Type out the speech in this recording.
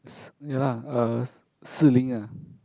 s~ ya lah uh S~ Shi-lin ah